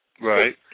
Right